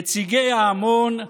נציגי ההמון,